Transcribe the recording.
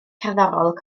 cerddorol